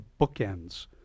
bookends